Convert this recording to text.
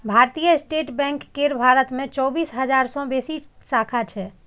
भारतीय State Bank केर भारत मे चौबीस हजार सं बेसी शाखा छै